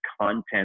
content